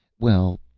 well,